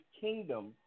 kingdom